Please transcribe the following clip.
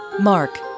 Mark